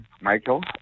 Michael